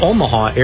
Omaha